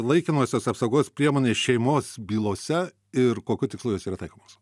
laikinosios apsaugos priemonės šeimos bylose ir kokiu tikslu jos yra taikomos